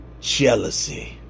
jealousy